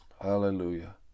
Hallelujah